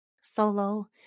solo